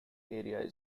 area